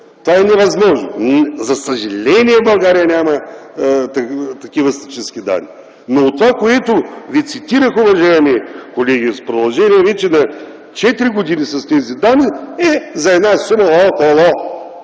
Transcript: Това е невъзможно. За съжаление в България няма такива статистически данни. Но от това, което ви цитирах, уважаеми колеги, в продължение вече на четири години с тези данни, е за една сума от около